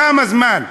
כמה זמן?